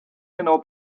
genau